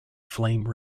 flame